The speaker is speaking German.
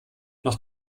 noch